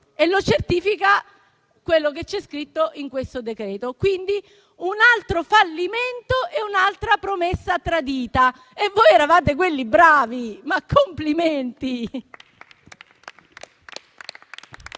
e lo certifica quello che c'è scritto in questo decreto. Quindi un altro fallimento, un'altra promessa tradita. E voi eravate quelli bravi, ma complimenti!